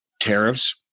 tariffs